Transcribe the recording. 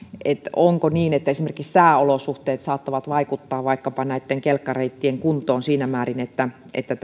onko niin että esimerkiksi sääolosuhteet saattavat vaikuttaa vaikkapa kelkkareittien kuntoon siinä määrin että että